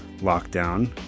lockdown